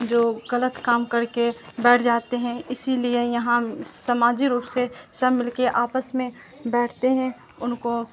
جو غلط کام کر کے بیٹھ جاتے ہیں اسی لیے یہاں سماجی روپ سے سب مل کے آپس میں بیٹھتے ہیں ان کو